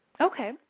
Okay